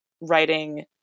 writing